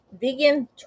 vegan